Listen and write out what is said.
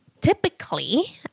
typically